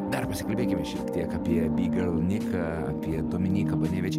dar pasikalbėkime šiek tiek apie bigal niką apie dominyką banevič